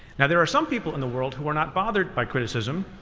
now there are some people in the world who are not bothered by criticism,